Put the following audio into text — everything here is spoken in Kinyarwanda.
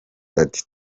ati